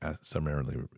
summarily